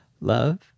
Love